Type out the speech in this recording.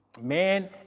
man